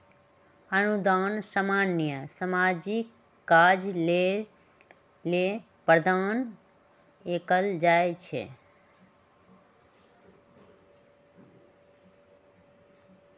अनुदान सामान्य सामाजिक काज लेल प्रदान कएल जाइ छइ